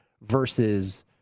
versus